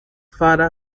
father